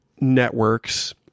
networks